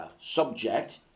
subject